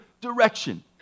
direction